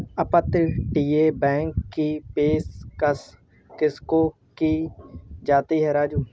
अपतटीय बैंक की पेशकश किसको की जाती है राजू?